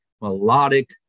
melodic